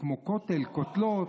כמו כותל, כותלות?